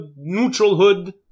neutralhood